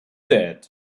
that